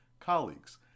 colleagues